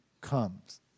comes